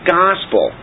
gospel